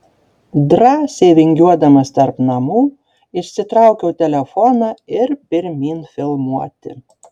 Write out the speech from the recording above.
drąsiai vingiuodamas tarp namų išsitraukiau telefoną ir pirmyn filmuoti